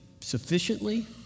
sufficiently